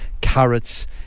carrots